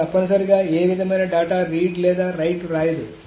ఇది తప్పనిసరిగా ఏ విధమైన డేటా రీడ్ లేదా రైట్ వ్రాయదు